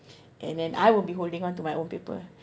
and then I will be holding on to my own paper